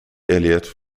elliott